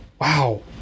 Wow